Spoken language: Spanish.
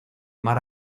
mar